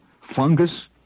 fungus